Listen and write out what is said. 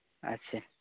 ᱟᱪᱪᱷᱟ